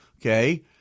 okay